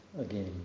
again